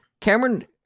Cameron